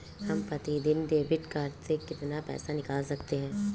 हम प्रतिदिन debit card से कितना पैसा निकाल सकते हैं?